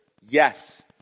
yes